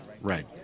right